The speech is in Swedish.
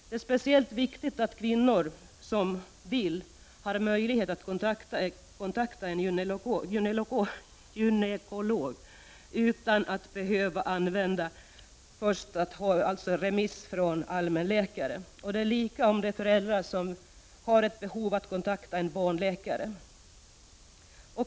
Det är speciellt viktigt att kvinnor som vill skall få möjlighet att kontakta en gynekolog utan att först ha remiss från allmänläkare. Samma sak gäller för föräldrar som har behov av att kontakta barnläkare.